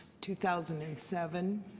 two thousand and seven.